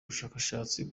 bashakashatsi